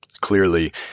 clearly